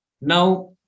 Now